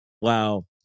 Wow